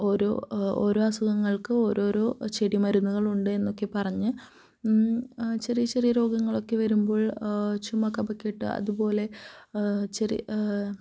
ഒരോ ഓരോ അസുഖങ്ങള്ക്ക് ഓരോരോ ചെടിമരുന്നുകളുണ്ട് എന്നൊക്കെ പറഞ്ഞ് ചെറിയ ചെറിയ രോഗങ്ങളൊക്കെ വരുമ്പോൾ ചുമ കഫക്കെട്ട് അതുപോലെ